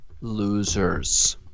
losers